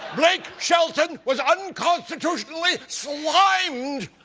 blake shelton was unconstitutionally slimed!